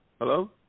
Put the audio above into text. Hello